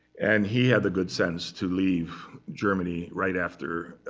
and he had the good sense to leave germany right after.